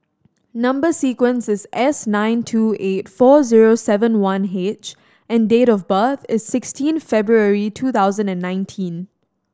number sequence is S nine two eight four zero seven one H and date of birth is sixteen February two thousand and nineteen